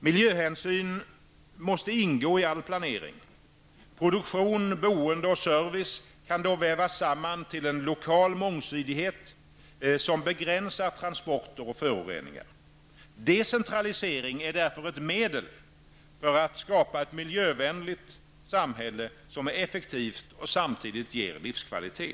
Miljöhänsyn måste ingå i allt planering. Produktion, boende och service kan då vävas samman till en lokal mångsidighet, som begränsar transporter och föroreningar. Decentralisering är därför ett medel för att skapa ett miljövänligt samhälle som är effektivt och samtidigt ger livskvalitet.